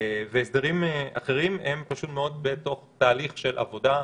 והסדרים אחרים בחלקם פשוט מאוד בתוך תהליך של עבודה.